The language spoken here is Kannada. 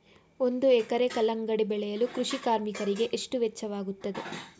ಒಂದು ಎಕರೆ ಕಲ್ಲಂಗಡಿ ಬೆಳೆಯಲು ಕೃಷಿ ಕಾರ್ಮಿಕರಿಗೆ ಎಷ್ಟು ವೆಚ್ಚವಾಗುತ್ತದೆ?